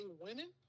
winning